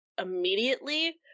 immediately